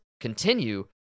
continue